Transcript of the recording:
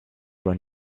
run